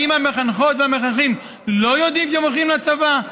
האם המחנכות והמחנכים לא יודעים שהן הולכות לצבא?